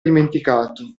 dimenticato